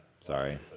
Sorry